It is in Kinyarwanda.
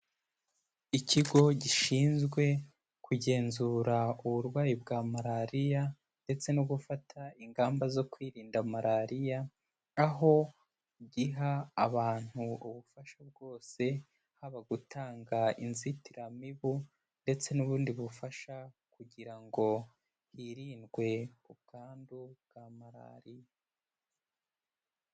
Ikigo gishinzwe kugenzura uburwayi bwa Malariya ndetse no gufata ingamba zo kwirinda Malaria, aho giha abantu ubufasha bwose haba gutanga inzitiramibu ndetse n'ubundi bufasha kugira ngo hirindwe ubwandu bwa Malariya.